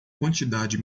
quantidade